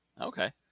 Okay